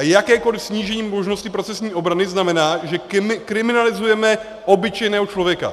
A jakékoli snížení možnosti procesní obrany znamená, že kriminalizujeme obyčejného člověka.